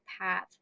Path